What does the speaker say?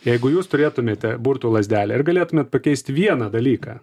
jeigu jūs turėtumėte burtų lazdelę ir galėtumėt pakeisti vieną dalyką